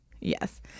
Yes